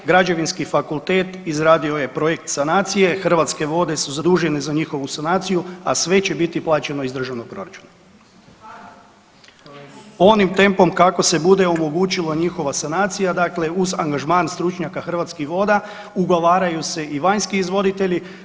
Građevinski fakultet izradio je projekt sanacije, Hrvatske vode su zadužene za njihovu sanaciju, a sve će biti plaćeno iz državnog proračuna. … [[Upadica: Ne razumije se.]] Onim tempom kako se bude omogućila njihova sanacija, dakle uz angažman stručnjaka Hrvatskih voda ugovaraju se i vanjski izvoditelji.